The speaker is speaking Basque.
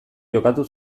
jokatu